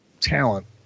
talent